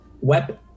web